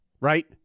right